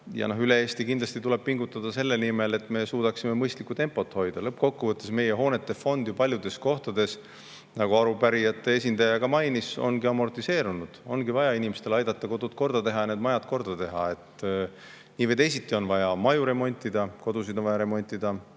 Üle Eesti tuleb tõesti pingutada selle nimel, et me suudaksime mõistlikku tempot hoida. Lõppkokkuvõttes on meie hoonete fond ju paljudes kohtades, nagu arupärijate esindaja mainis, amortiseerunud, ongi vaja inimestel aidata kodud korda teha, need majad korda teha. Nii või teisiti on vaja maju remontida, kodusid on vaja remontida,